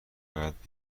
باید